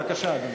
בבקשה, אדוני.